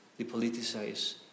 depoliticize